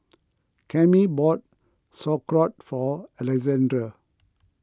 Cammie bought Sauerkraut for Alexandre